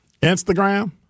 Instagram